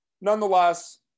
nonetheless